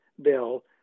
Bill